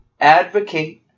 advocate